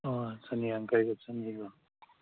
ꯑꯣ ꯆꯅꯤ ꯌꯥꯡꯈꯩꯒ ꯆꯅꯤꯒ